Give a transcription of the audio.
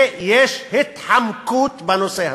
ויש התחמקות מהנושא הזה.